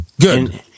Good